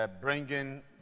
bringing